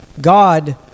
God